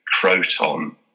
croton